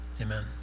amen